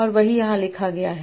और वही यहाँ लिखा गया है